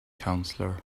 counselor